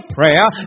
prayer